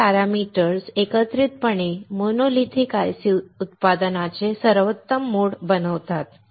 तर हे पॅरामीटर्स एकत्रितपणे मोनोलिथिक ICs हे उत्पादनाचे सर्वोत्तम मोड बनवतात